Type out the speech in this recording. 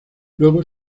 luego